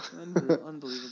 Unbelievable